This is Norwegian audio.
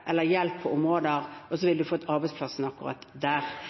hjelp på området, og så ville man fått arbeidsplassen akkurat der.